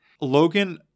Logan